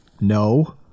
no